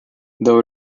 though